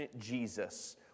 Jesus